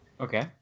okay